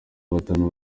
batanu